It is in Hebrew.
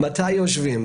מתי יושבים,